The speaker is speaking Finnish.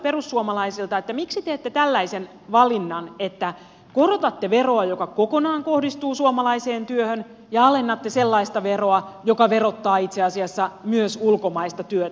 miksi teette tällaisen valinnan että korotatte veroa joka kokonaan kohdistuu suomalaiseen työhön ja alennatte sellaista veroa joka verottaa itse asiassa myös ulkomaista työtä